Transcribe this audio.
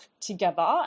together